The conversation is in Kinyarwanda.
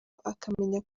akamenya